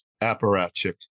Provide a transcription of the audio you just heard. apparatchik